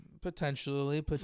Potentially